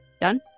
Done